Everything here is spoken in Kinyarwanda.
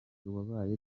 wabaye